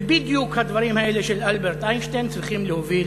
ובדיוק הדברים האלה של אלברט איינשטיין צריכים להוביל